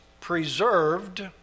preserved